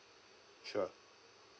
sure